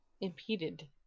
Impeded